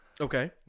okay